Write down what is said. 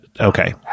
okay